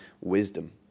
wisdom